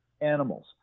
animals